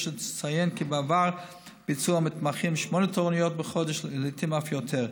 יש לציין כי בעבר ביצעו המתמחים שמונה תורנויות בחודש ולעיתים אף יותר,